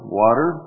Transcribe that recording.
water